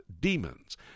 demons